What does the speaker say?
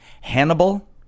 Hannibal